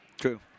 True